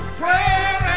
prayer